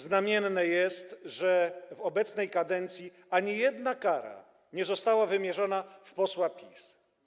Znamienne jest, że w obecnej kadencji ani jedna kara nie została wymierzona posłowi PiS.